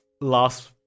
last